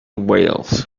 wales